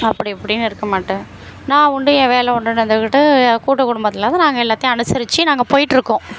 அப்படி இப்படின்னு இருக்க மாட்டேன் நான் உண்டு என் வேலை உண்டுன்னு இருந்துக்கிட்டு கூட்டு குடும்பத்துலேருந்து நாங்கள் எல்லாத்தையும் அனுசரித்து நாங்கள் போய்ட்ருக்கோம்